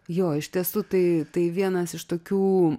jo iš tiesų tai tai vienas iš tokių